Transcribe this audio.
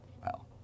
Well